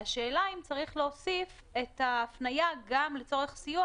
והשאלה היא אם צריך להוסיף את ההפניה גם לצורך סיוע